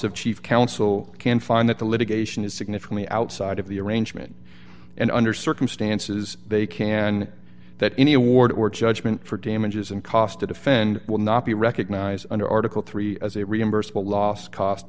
of chief counsel can find that the litigation is significantly outside of the arrangement and under circumstances they can that any award or judgment for damages and cost to defend will not be recognized under article three as a reimbursable loss cost